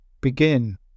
begin